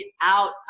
out